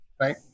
right